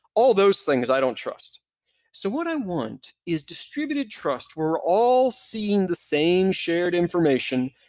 all those things, i don't trust so what i want is distributed trust. we're all seeing the same shared information,